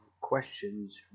questions